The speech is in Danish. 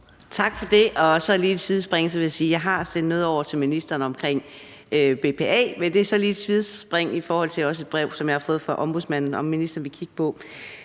sige, at jeg har sendt noget over til ministeren omkring BPA. Men det er så lige et sidespring i forhold til et brev, som jeg har fået fra Ombudsmanden. Og vil ministeren kigge på